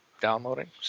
downloading